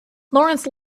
lawrence